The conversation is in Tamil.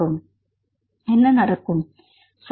மாணவர் டிஸ்டெபிலைச